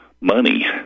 money